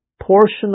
portion